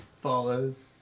follows